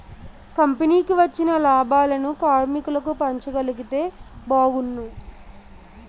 కంపెనీకి వచ్చిన లాభాలను కార్మికులకు పంచగలిగితే బాగున్ను